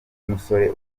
musore